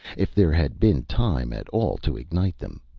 if there had been time at all to ignite them.